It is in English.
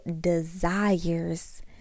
desires